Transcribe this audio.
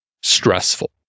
stressful